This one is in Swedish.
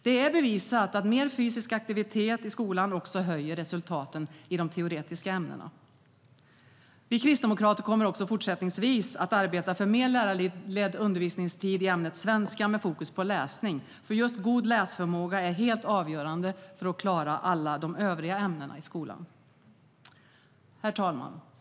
Det är bevisat att mer fysisk aktivitet i skolan höjer resultaten i de teoretiska ämnena. Herr talman!